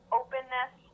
openness